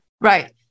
Right